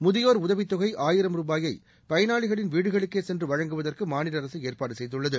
முதியோர் உதவித்தொகை ஆயிரம் ரூபாயை பயனாளிகளின் வீடுகளுக்கே சென்று வழங்குவதற்கு மாநில அரசு ஏற்பாடு செய்துள்ளது